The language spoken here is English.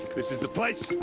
this is the place!